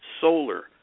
solar